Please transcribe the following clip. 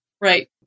Right